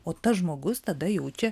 o tas žmogus tada jaučia